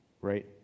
right